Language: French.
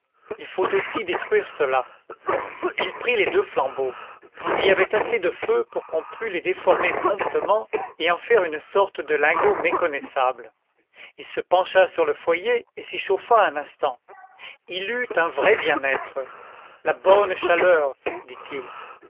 il faut aussi détruire cela il prit les deux flambeaux il y avait assez de feu pour qu'on pût les déformer promptement et en faire une sorte de lingot méconnaissable il se pencha sur le foyer et s'y chauffa un instant il eut un vrai bien-être la bonne chaleur dit-il